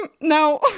no